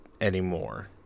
anymore